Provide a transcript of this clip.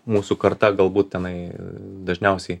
mūsų karta galbūt tenai dažniausiai